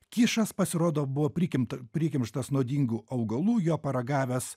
kišas pasirodo buvo prikim prikimštas nuodingų augalų jo paragavęs